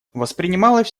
воспринималось